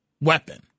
weapon